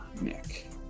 Nick